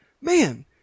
Man